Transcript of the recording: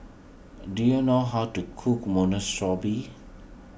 do you know how to cook Monsunabe